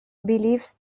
believes